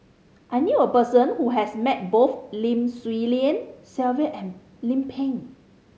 I knew a person who has met both Lim Swee Lian Sylvia and Lim Pin